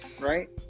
Right